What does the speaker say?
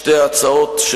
שתי ההצעות,